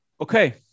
okay